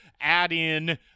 add-in